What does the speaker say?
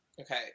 okay